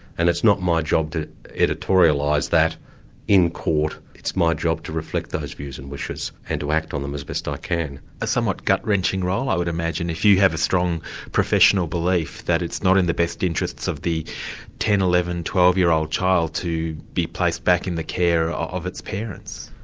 and it's not my job to editorialise that in court, it's my job to reflect those views and wishes and to act on them as best ah i can. a somewhat gut-wrenching role i would imagine, if you have a strong professional belief that it's not in the best interests of the ten, eleven, twelve year old child to be placed back in the care of its parents.